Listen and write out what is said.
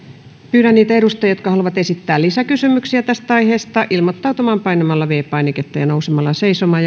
pyydän niitä edustajia jotka haluavat esittää lisäkysymyksiä tästä aiheesta ilmoittautumaan painamalla viides painiketta ja nousemalla seisomaan